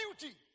beauty